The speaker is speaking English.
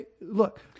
Look